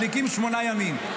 מדליקים שמונה ימים.